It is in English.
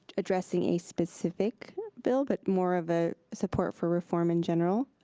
addressing a specific bill, but more of a support for reform in general,